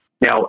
Now